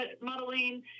modeling